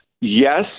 Yes